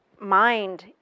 mind